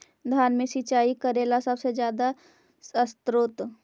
धान मे सिंचाई करे ला सबसे आछा स्त्रोत्र?